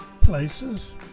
places